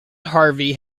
harvey